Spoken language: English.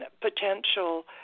potential